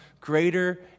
greater